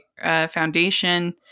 Foundation